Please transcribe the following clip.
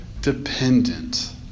dependent